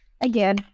again